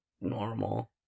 normal